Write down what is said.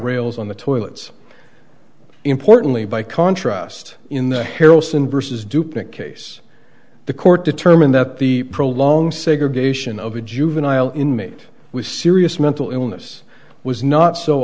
rails on the toilets importantly by contrast in the harrelson vs dupnik case the court determined that the prolonged segregation of a juvenile inmate with serious mental illness was not so